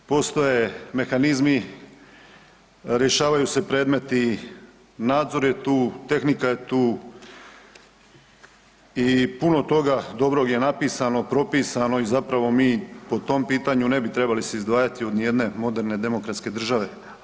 Postoje mehanizmi, rješavaju se predmeti, nadzor je tu, tehnika je tu i puno toga dobrog je napisano, propisano i zapravo mi po tom pitanju ne bi se trebali izdvajati od ni jedne moderne, demokratske države.